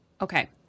Okay